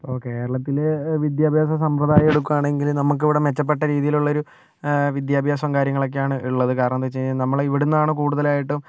അപ്പോൾ കേരളത്തിലെ വിദ്യാഭ്യാസ സമ്പ്രദായം എടുക്കുവാണെങ്കില് നമുക്കിവിടെ മെച്ചപ്പെട്ട രീതിയിലുള്ളൊരു വിദ്യാഭ്യാസവും കാര്യങ്ങളൊക്കയാണ് ഉള്ളത് കാരണം എന്താന്ന് വച്ച് കഴിഞ്ഞാൽ നമ്മളിവിടുന്നാണ് കൂടുതലായിട്ടും